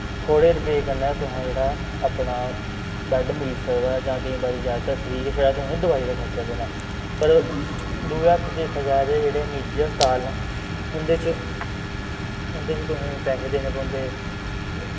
थोह्ड़े रपे कन्नै तुसें जेह्ड़ा अपना बैड्ड मिली सकदा जां केईं बारी जैदातर फ्री गै छड़ा तुसें दवाई दा खर्चा देना पर दुए हत्थ दिक्खेआ जा ते जेह्ड़े निजी हस्पताल न उं'दे च उं'दे च तुसें पैहे देने पौंदे